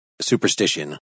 superstition